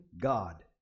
God